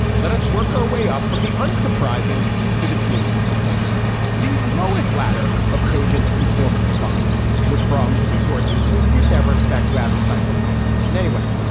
let us work our way up from the unsurprising to the truly disappointing the lowest ladder of cogent informed response was from sources who you'd never expect to have insightful conversation anyway.